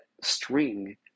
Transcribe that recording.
string